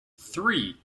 three